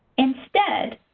instead,